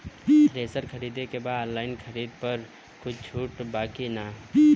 Thresher खरीदे के बा ऑनलाइन खरीद पर कुछ छूट बा कि न?